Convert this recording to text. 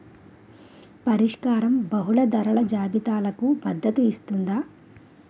పరిష్కారం బహుళ ధరల జాబితాలకు మద్దతు ఇస్తుందా?